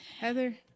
heather